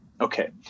Okay